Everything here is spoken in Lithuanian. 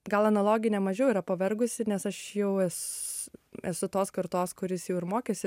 gal analoginė mažiau yra pavergusi nes aš jau es esu tos kartos kuris jau ir mokėsi